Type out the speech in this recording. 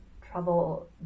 trouble